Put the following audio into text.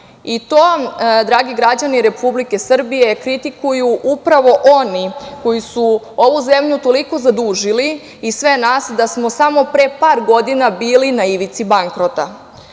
To, dragi građani Republike Srbije, kritikuju upravo oni koji su ovu zemlju toliko zadužili i sve nas da smo samo pre par godina bili na ivici bankrota. Loše